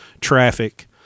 traffic